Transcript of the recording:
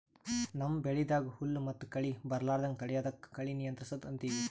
ನಮ್ಮ್ ಬೆಳಿದಾಗ್ ಹುಲ್ಲ್ ಮತ್ತ್ ಕಳಿ ಬರಲಾರದಂಗ್ ತಡಯದಕ್ಕ್ ಕಳಿ ನಿಯಂತ್ರಸದ್ ಅಂತೀವಿ